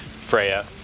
Freya